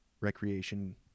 recreation